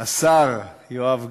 השר יואב גלנט,